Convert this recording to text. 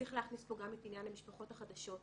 צריך להכניס פה גם את עניין המשפחות החדשות.